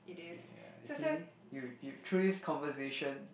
yeah you see you you through this conversation